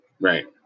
Right